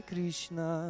Krishna